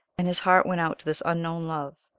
and his heart went out to this unknown love,